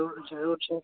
जरूर छै